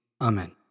Amen